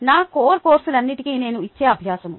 నా కోర్ కోర్సులన్నింటికీ నేను ఇచ్చే అభ్యాసము